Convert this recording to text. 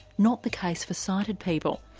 not the case for sighted people.